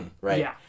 Right